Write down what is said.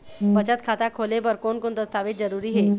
बचत खाता खोले बर कोन कोन दस्तावेज जरूरी हे?